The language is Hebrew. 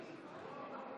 בהצבעה